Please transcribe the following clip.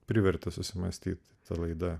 privertė susimąstyti ta laida